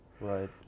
Right